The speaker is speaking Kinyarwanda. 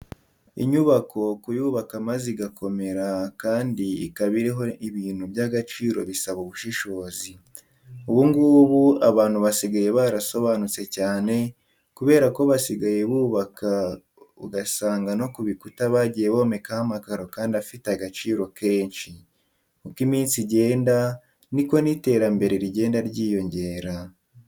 Inyubako kuyubaka maze igakomera kandi ikaba iriho ibintu by'agaciro bisaba ubushobozi. Ubu ngubu abantu basigaye barasobanutse cyane kubera ko basigaye bubaka ugasanga no kubikuta bagiye bomekaho amakaro kandi afite agaciro kenshi. Uko iminsi igenda ni ko n'iterambere rigenda ryiyongera.